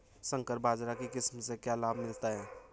संकर बाजरा की किस्म से क्या लाभ मिलता है?